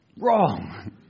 wrong